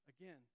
Again